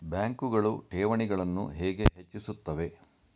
ಬ್ಯಾಂಕುಗಳು ಠೇವಣಿಗಳನ್ನು ಹೇಗೆ ಹೆಚ್ಚಿಸುತ್ತವೆ?